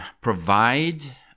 provide